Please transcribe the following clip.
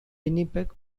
winnipeg